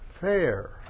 fair